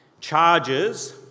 charges